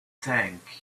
tank